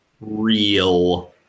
real